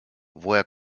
woher